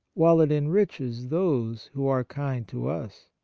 while it enriches those who are kind to us.